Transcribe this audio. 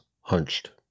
hunched